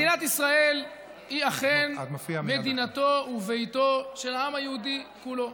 מדינת ישראל היא אכן מדינתו וביתו של העם היהודי כולו.